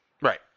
Right